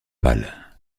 pâle